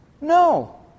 No